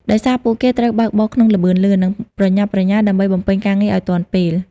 ដោយសារពួកគេត្រូវបើកបរក្នុងល្បឿនលឿន និងប្រញាប់ប្រញាល់ដើម្បីបំពេញការងារឱ្យទាន់ពេល។